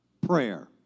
Prayer